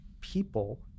people